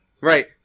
Right